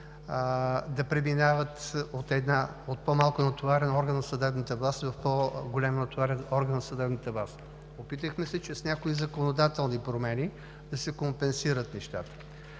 да преминават от по-малко натоварен орган от съдебната власт в по-голям натоварен орган от съдебната власт. Опитахме се чрез някои законодателни промени да се компенсират нещата.